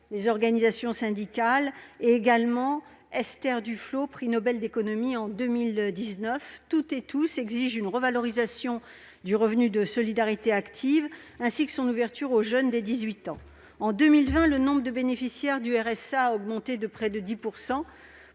les organisations syndicales, mais également Esther Duflo, prix Nobel d'économie en 2019. Toutes et tous exigent une revalorisation du revenu de solidarité active, ainsi que son ouverture aux jeunes dès 18 ans. En 2020, le nombre de bénéficiaires du RSA a augmenté de près de 10 %.